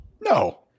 No